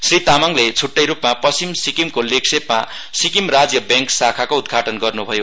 श्री तामाङले छ्ट्टैरूपमा पश्चिम सिक्किमको लेग्शेपमा सिक्किम राज्य ब्याङ्क शाखाको उदघाटन गर्नुभयो